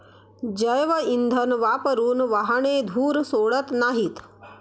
जैवइंधन वापरून वाहने धूर सोडत नाहीत